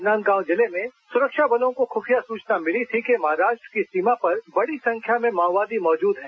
राजनांदगांव जिले में सुरक्षा बलों को खुफिया सूचना मिली थी कि महाराष्ट्र के सीमा पर बड़ी संख्या में माओवादी मौजूद हैं